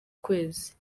kwezi